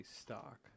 stock